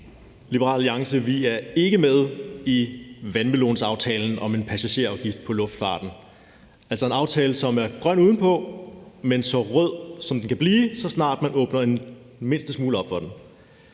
Liberal Alliance er ikke med i vandmelonsaftalen om en passagerafgift på luftfarten – altså en aftale, som er grøn udenpå, men så rød, som den kan blive, så snart man åbner den mindste smule op for den.